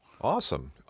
Awesome